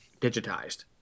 digitized